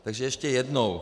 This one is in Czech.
Takže ještě jednou.